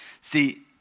See